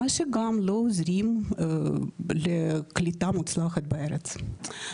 מה שגם לא עוזר לקליטה מוצלחת בארץ.